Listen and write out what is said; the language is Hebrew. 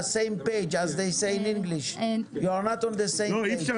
צריך לעשות את זה בחכמה, אי אפשר